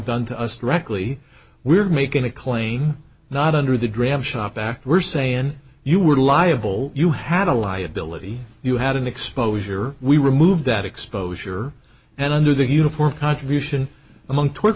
done to us directly we're making a claim not under the dram shop act we're saying you were liable you had a liability you had an exposure we removed that exposure and under the uniform contribution among t